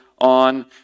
on